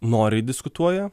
noriai diskutuoja